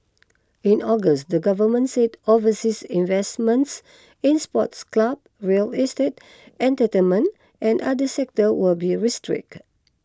in August the government said overseas investments in sports clubs real estate entertainment and other sectors would be restricted